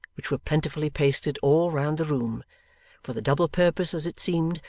which were plentifully pasted all round the room for the double purpose, as it seemed,